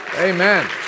Amen